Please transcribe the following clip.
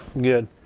Good